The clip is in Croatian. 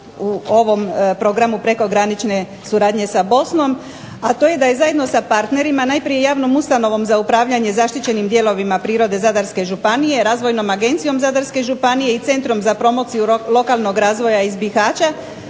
u ovom programu prekogranične suradnje sa Bosnom, a to je da je zajedno sa partnerima najprije javnom ustanovom za upravljanje zaštićenim dijelovima prirode Zadarske županije, razvojnom agencijom Zadarske županije i Centrom za promociju lokalnog razvoja iz Bihaća